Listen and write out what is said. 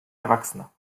erwachsener